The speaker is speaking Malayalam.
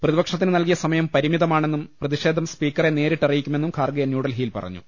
പ്രതി പക്ഷത്തിന് നൽകിയ സമയം പരിമിതമാണെന്നും പ്രതിഷേധം സ്പീക്കറെ നേരിട്ടറിയിക്കുമെന്നും ഖാർഗെ ന്യൂഡൽഹിയിൽ പറ ഞ്ഞു